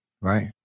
Right